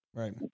right